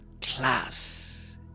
class